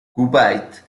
kuwait